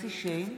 אלון שוסטר,